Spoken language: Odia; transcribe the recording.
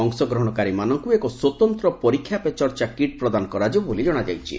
ଅଂଶଗ୍ରହଣକାରୀମାନଙ୍କୁ ଏକ ସ୍ୱତନ୍ତ୍ର ପରୀକ୍ଷା ପେ ଚର୍ଚ୍ଚା କିଟ୍ ପ୍ରଦାନ କରାଯିବ ବୋଲି ଜଣାଯାଇଛି